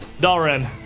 Dalren